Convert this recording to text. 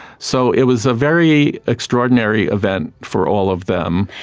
so it was a very extraordinary event for all of them.